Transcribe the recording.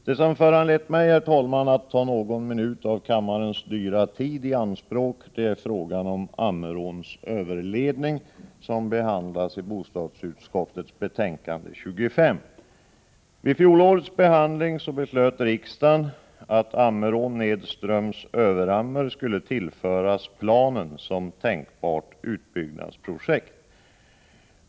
Det som föranlett mig, herr talman, att ta någon minut av kammarens dyrbara tid i anspråk är frågan om Ammeråns överledning, som behandlas i bostadsutskottets betänkande nr 25. Vid fjolårets behandling beslöt riksdagen att Ammerån nedströms Överammer skulle tillföras planen som tänkbart utbyggnadsprojekt.